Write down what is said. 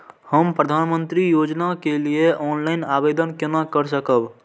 हम प्रधानमंत्री योजना के लिए ऑनलाइन आवेदन केना कर सकब?